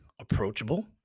approachable